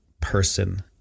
person